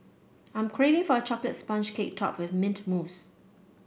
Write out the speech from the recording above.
I am craving for a chocolate sponge cake topped with mint mousse